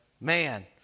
Man